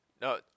No